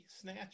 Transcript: snatch